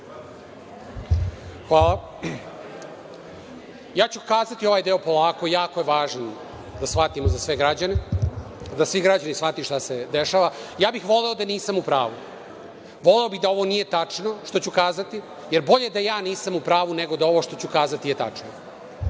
Ja ću kazati ovaj deo polako, jako je važno da svi građani shvate šta se dešava. Ja bih voleo da nisam u pravu. Voleo bih da ovo nije tačno što ću kazati, jer bolje da ja nisam u pravu, nego da ovo što ću kazati je tačno. Srbija